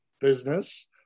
business